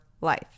life